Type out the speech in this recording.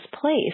place